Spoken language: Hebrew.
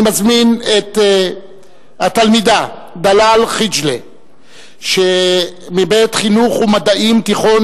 אני מזמין את התלמידה דלאל חִג'לה מבית חינוך ומדעים תיכון